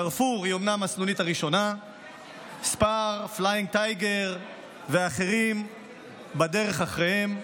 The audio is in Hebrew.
קרפור, ספאר, פליינג טייגר ואחרים בדרך אחריהם.